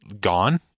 gone